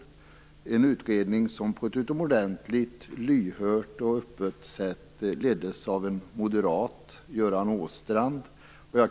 Det var en utredning som på ett utomordentligt lyhört och öppet sätt leddes av en moderat, Göran Åstrand.